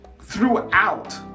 throughout